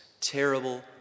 terrible